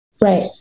Right